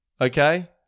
Okay